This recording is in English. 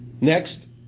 Next